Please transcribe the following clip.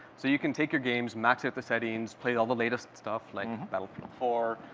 so you can take your games, max out the settings, play all the latest stuff, like battlefield four,